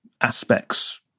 aspects